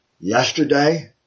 yesterday